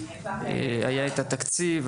היה את התקציב,